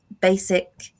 basic